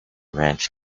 ranch